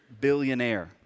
billionaire